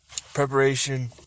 Preparation